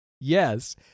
Yes